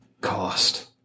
cost